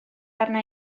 arna